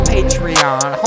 Patreon